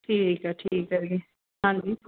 ਠੀਕ ਹੈ ਠੀਕ ਹੈ ਜੀ ਹਾਂਜੀ